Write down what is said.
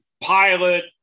Pilot